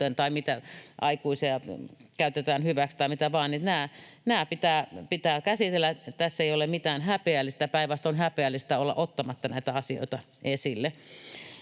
tai jos aikuisia käytetään hyväksi tai mitä vaan — nämä pitää käsitellä. Tässä ei ole mitään häpeällistä, päinvastoin häpeällistä on olla ottamatta näitä asioita esille.